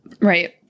Right